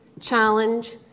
challenge